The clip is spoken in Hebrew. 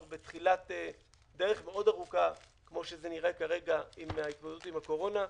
אנחנו בתחילת דרך מאוד ארוכה כמו שזה נראה כרגע בהתמודדות עם הקורונה,